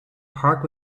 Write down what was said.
park